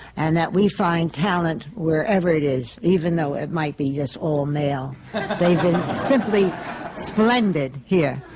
and that we find talent wherever it is, even though it might be just all male. but they've been simply splendid here.